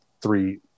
Three